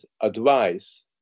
advice